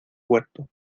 huerto